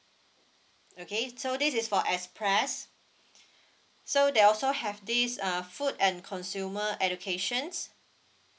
okay so this is for express so they also have this err food and consumer educations